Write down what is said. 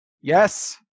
Yes